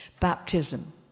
baptism